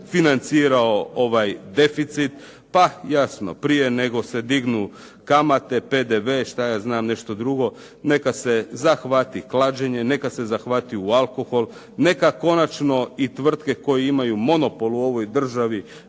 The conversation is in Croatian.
financirao ovaj deficit. Pa jasno prije nego se dignu kamate, PDV, šta ja znam nešto drugo, neka se zahvati klađenje, neka se zahvati u alkohol, neka konačno i tvrtke koje imaju monopol u ovoj državi,